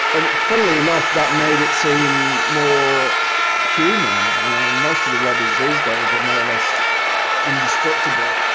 and funnily enough that made it seem more human most of the robbies these days are more or less indestructible.